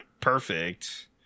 Perfect